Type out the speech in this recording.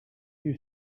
you